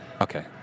Okay